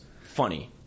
Funny